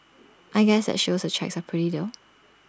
I guess that shows the checks are pretty